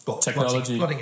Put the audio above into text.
technology